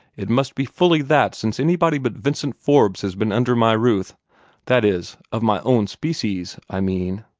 it must be fully that since anybody but vincent forbes has been under my roof that is, of my own species, i mean.